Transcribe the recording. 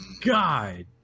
god